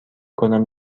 کنم